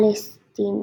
Palestine